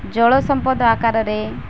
ଜଳ ସମ୍ପଦ ଆକାରରେ